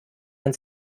man